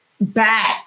back